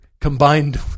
combined